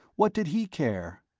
what did he care?